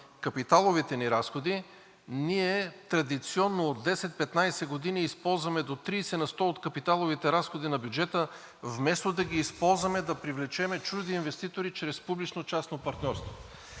капиталовите ни разходи, ние традиционно от 10 – 15 години използваме до 30 на сто от капиталовите разходи на бюджета, вместо да ги използваме да привлечем чужди инвеститори чрез публично-частно партньорство.